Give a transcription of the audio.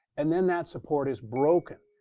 and then that support is broken.